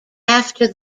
after